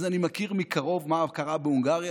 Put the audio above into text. אז אני מכיר מקרוב מה קרה בהונגריה.